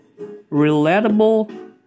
relatable